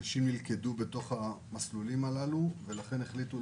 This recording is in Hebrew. אנשים נלכדו בתוך המסלולים הללו ולכן החליטו להוריד אותם.